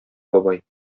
бабай